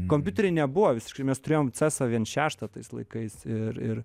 kompiuterių nebuvo visiškai mes turėjom cesą vien šeštą tais laikais ir ir